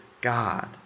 God